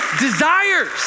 desires